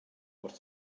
wrth